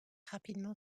rapidement